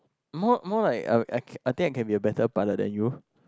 more more like I I think I can be a better pilot than you